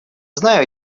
знаю